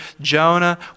Jonah